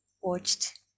watched